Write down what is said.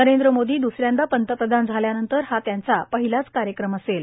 नरेंद्र मोदी द्सऱ्यांदा पंतप्रधान झाल्यानंतर हा त्यांचा पहिलाच कार्यक्रम असेल